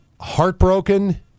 heartbroken